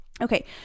Okay